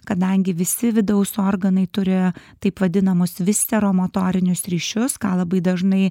kadangi visi vidaus organai turi taip vadinamus visceromotorinius ryšius ką labai dažnai